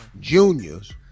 Juniors